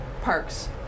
parks